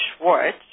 Schwartz